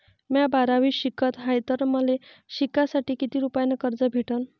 म्या बारावीत शिकत हाय तर मले शिकासाठी किती रुपयान कर्ज भेटन?